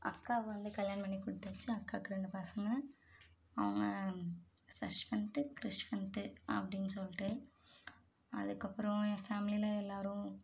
அக்காவை வந்து கலயாணம் பண்ணி கொடுத்தாச்சி அக்காவுக்கு ரெண்டு பசங்கள் அவங்கள் சஷ்வந்த் க்ரஷ்வந்த் அப்படினு சொல்லிட்டு அதுக்கு அப்புறம் என் ஃபேமிலியில் எல்லோரும்